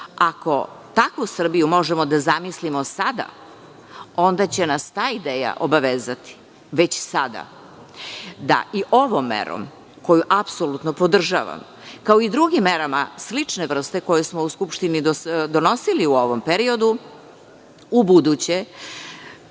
Ako takvu Srbiju možemo da zamislimo sada, onda će nas ta ideja obavezati već sada da i ovom merom koju apsolutno podržavam, kao i drugim merama slične vrste koje smo u Skupštini donosili u ovom periodu, ubuduće